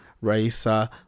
Raisa